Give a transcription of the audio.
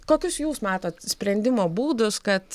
kokius jūs matot sprendimo būdus kad